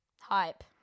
Hype